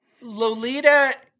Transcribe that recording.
Lolita